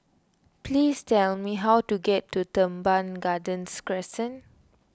please tell me how to get to Teban Gardens Crescent